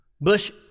Bush